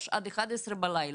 מ-15:00 עד 23:00 בלילה,